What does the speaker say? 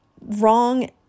wrong